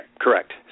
correct